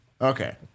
Okay